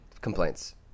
complaints